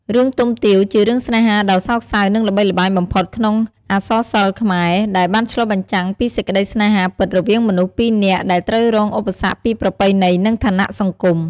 រឿង ទុំទាវ ជារឿងស្នេហាដ៏សោកសៅនិងល្បីល្បាញបំផុតក្នុងអក្សរសិល្ប៍ខ្មែរ ដែលបានឆ្លុះបញ្ចាំងពីសេចក្តីស្នេហាពិតរវាងមនុស្សពីរនាក់ដែលត្រូវរងឧបសគ្គពីប្រពៃណី និងឋានៈសង្គម។